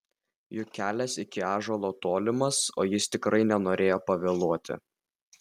juk kelias iki ąžuolo tolimas o jis tikrai nenorėjo pavėluoti